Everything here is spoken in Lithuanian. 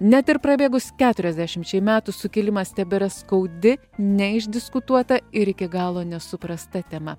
net ir prabėgus keturiasdešimčiai metų sukilimas tebėra skaudi neišdiskutuota ir iki galo nesuprasta tema